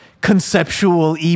conceptual